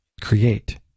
Create